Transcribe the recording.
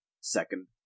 Second